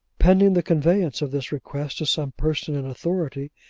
pending the conveyance of this request to some person in authority,